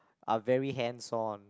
are very hands on